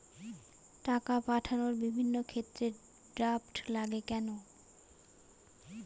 টাকা পাঠানোর বিভিন্ন ক্ষেত্রে ড্রাফট লাগে কেন?